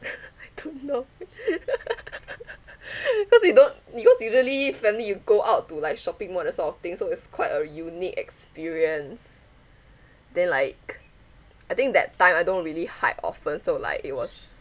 I don't know cause we don't because usually family you go out to like shopping mall that sort of thing so it's quite a unique experience then like I think that time I don't really hike often so like it was